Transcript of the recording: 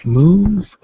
move